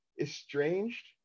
estranged